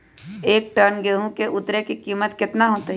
एक टन गेंहू के उतरे के कीमत कितना होतई?